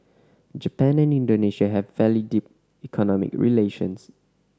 Japan and Indonesia have fairly deep economic relations